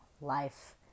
life